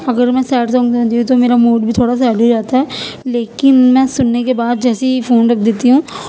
اگر میں sad song سنتی ہوں تو میرا موڈ بھی تھوڑا سیڈ ہو جاتا ہے لیکن میں سننے کے بعد جیسے ہی فون رکھ دیتی ہوں